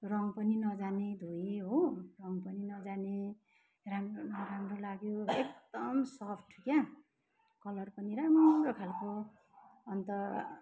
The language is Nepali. रङ पनि नजाने धोए हो रङ पनि नजाने राम्रो न राम्रो लाग्यो एकदम सफ्ट क्या कलर पनि राम्रो खाले अन्त